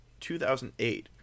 2008